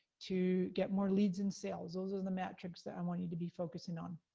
to get more leads in sales. those are the metrics that i want you to be focusing on.